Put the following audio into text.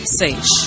seis